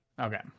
Okay